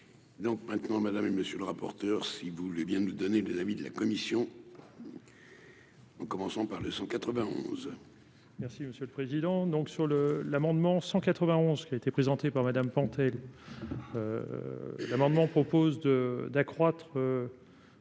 donc maintenant madame et monsieur le rapporteur, si vous voulez bien nous donner des avis de la commission, en commençant par le 191. Merci monsieur le président, donc sur le l'amendement 191 qui a été présentée par Madame planté l'amendement propose de d'accroître